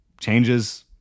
changes –